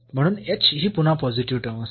म्हणून ही पुन्हा पॉझिटिव्ह टर्म असेल